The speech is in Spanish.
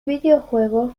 videojuego